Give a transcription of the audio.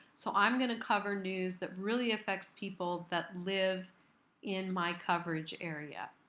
so i'm going to cover news that really affects people that live in my coverage area.